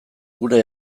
gure